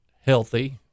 healthy